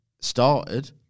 started